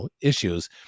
issues